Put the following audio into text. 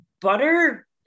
butter